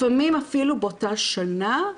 לפעמים אפילו באותה שנה.